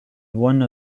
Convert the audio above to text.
one